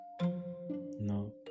No